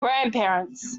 grandparents